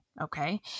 Okay